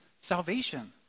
salvation